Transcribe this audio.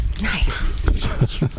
Nice